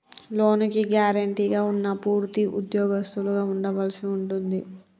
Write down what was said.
లోనుకి గ్యారెంటీగా ఉన్నా పూర్తి ఉద్యోగస్తులుగా ఉండవలసి ఉంటుంది